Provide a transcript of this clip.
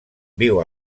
viu